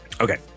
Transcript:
Okay